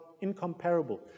Incomparable